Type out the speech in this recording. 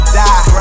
die